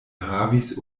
havis